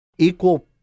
Equal